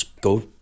go